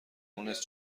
مونس